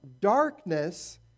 darkness